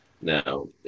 Now